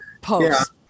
post